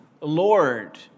Lord